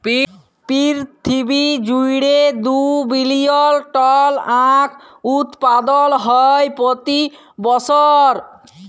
পিরথিবী জুইড়ে দু বিলিয়ল টল আঁখ উৎপাদল হ্যয় প্রতি বসর